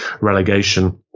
relegation